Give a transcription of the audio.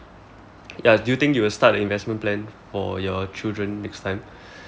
ya do you think you will start an investment plan for your children next time